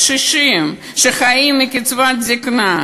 קשישים שחיים מקצבת זיקנה,